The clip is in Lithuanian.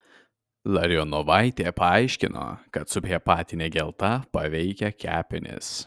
larionovaitė paaiškino kad subhepatinė gelta paveikia kepenis